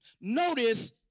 Notice